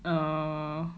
oh